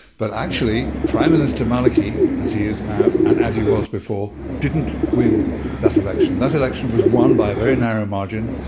but actually prime minister maliki, as he is now and as he was before, didn't win that election. that election was won by a very narrow margin,